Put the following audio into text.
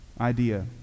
idea